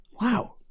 Wow